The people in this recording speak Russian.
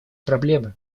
проблемы